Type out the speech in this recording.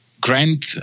Grant